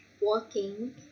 walking